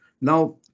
Now